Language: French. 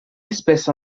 espèce